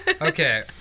Okay